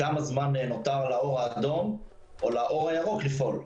כמה זמן נותר לאור האדום או לאור הירוק לפעול.